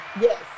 Yes